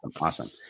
awesome